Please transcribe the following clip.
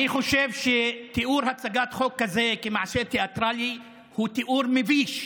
אני חושב שתיאור הצגת חוק כזאת כמעשה תיאטרלי הוא תיאור מביש.